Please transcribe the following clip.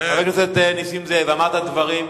חבר הכנסת נסים זאב, אמרת דברים,